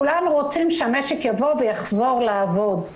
כולם רוצים שהמשק יחזור לעבוד,